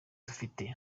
dufite